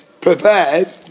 Prepared